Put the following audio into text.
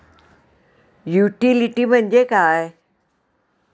Utility म्हणजे काय?